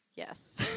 Yes